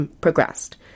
progressed